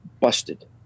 busted